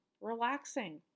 relaxing